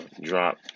drop